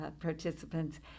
participants